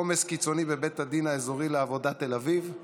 עומס קיצוני בבית הדין האזורי לעבודה תל אביב, מס'